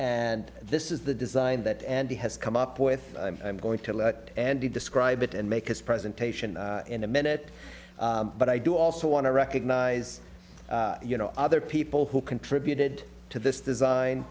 and this is the design that andy has come up with i'm going to let andy describe it and make his presentation in a minute but i do also want to recognize you know other people who contributed to this design